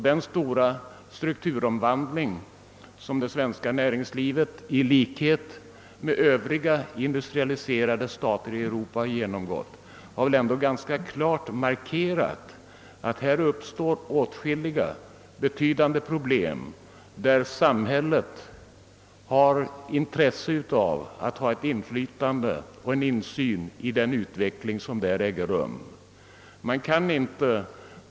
Den omfattande strukturomvandling som det svenska näringslivet — i likhet med näringslivet i övriga industrialiserade stater i Europa — har genomgått har ändå ganska klart markerat att åtskilliga betydande problem uppstår och att samhället har intresse av att ha inflytande på och insyn i den utveckling som äger rum.